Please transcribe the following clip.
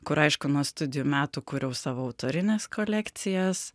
kur aišku nuo studijų metų kūriau savo autorines kolekcijas